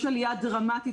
יש עלייה דרמטית,